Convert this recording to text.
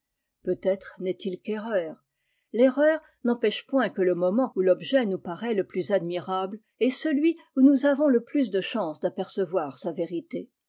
peut-être n'est-il qu'erreur terreur n'empêche point que le moment où l'objet nous paraît le plus admirable est celui où nous avons le plus de chance d apercevoir sa vérité